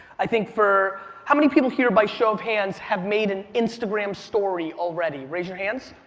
i think for, how many people here by show of hands have made an instagram story already? raise your hands,